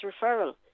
referral